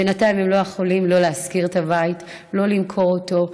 בינתיים הם לא יכולים לא להשכיר את הבית ולא למכור אותו.